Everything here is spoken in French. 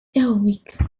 héroïque